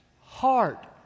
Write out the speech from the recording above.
heart